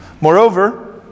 Moreover